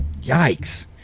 Yikes